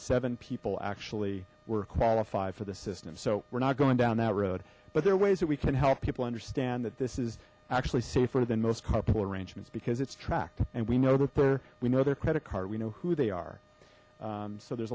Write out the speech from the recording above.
seven people actually were qualify for the system so we're not going down that road but there are ways that we can help people understand that this is actually safer than most carpool arrangements because it's tracked and we know that there we know their credit card we know who they are so there's